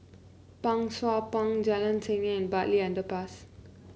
Pang Sua Pond Jalan Seni Bartley Underpass